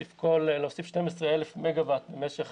להוסיף 12,000 מגה-ואט במשך